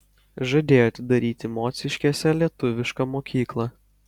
žadėjo atidaryti mociškėse lietuvišką mokyklą